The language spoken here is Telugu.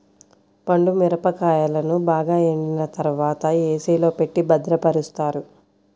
పండు మిరపకాయలను బాగా ఎండిన తర్వాత ఏ.సీ లో పెట్టి భద్రపరుస్తారు